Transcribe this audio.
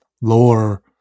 lower